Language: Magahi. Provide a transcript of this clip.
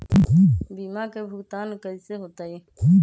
बीमा के भुगतान कैसे होतइ?